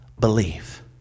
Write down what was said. believe